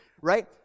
right